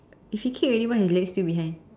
if he kick already why his leg still behind